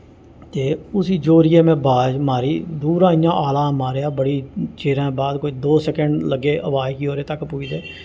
ते उसी जोरियै में बोआज मारी दूरा इ'यां आला मारेआ बड़ी चिरें बाद कोई दो सेकंड लग्गे अवाज गी ओह्दे तक पुज्जदे